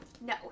No